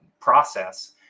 process